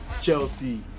Chelsea